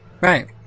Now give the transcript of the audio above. right